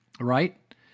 Right